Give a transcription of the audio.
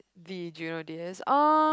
um